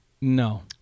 No